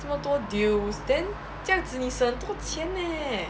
这么多 deals then 这样子你省很多钱 leh